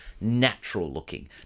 natural-looking